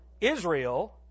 Israel